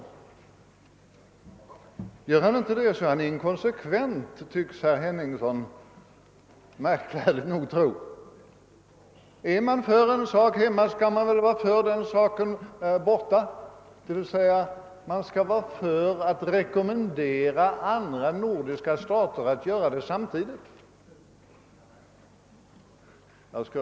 Gör han inte det är han inkonsekvent, tycks herr Henningsson märkvärdigt nog tro. Är man för en sak hemma, skall man vara för den saken borta, d.v.s. man skall vara för att rekommendera andra nordiska stater att samtidigt genomföra saken.